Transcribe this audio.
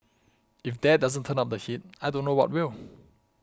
if that doesn't turn up the heat I don't know what will